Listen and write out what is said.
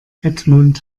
edmund